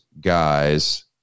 guys